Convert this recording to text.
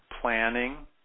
planning